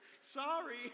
Sorry